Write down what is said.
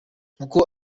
uko